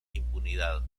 impunidad